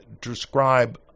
describe